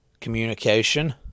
communication